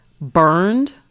burned